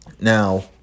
Now